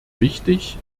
wichtig